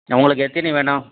உங்களுக்கு எத்தினை வேணும்